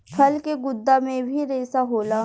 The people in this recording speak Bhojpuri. फल के गुद्दा मे भी रेसा होला